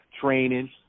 training